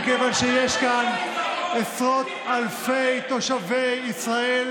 מכיוון שיש כאן עשרות אלפי תושבי ישראל,